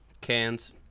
Cans